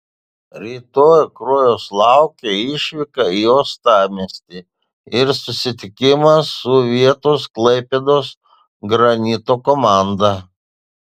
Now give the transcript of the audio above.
rytoj kruojos laukia išvyka į uostamiestį ir susitikimas su vietos klaipėdos granito komanda